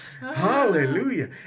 Hallelujah